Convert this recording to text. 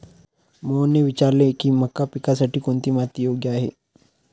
मोहनने विचारले की मका पिकासाठी कोणती माती योग्य आहे?